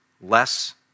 less